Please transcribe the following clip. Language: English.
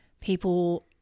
people